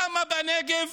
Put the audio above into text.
למה בנגב